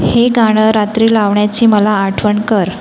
हे गाणं रात्री लावण्याची मला आठवण कर